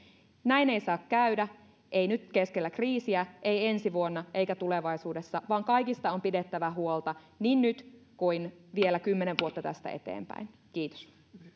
näin ei saa käydä ei nyt keskellä kriisiä ei ensi vuonna eikä tulevaisuudessa vaan kaikista on pidettävä huolta niin nyt kuin vielä kymmenen vuotta tästä eteenpäin kiitos